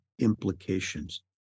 implications